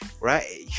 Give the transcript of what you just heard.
right